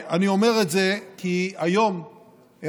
אני אומר את זה כי היום אירופה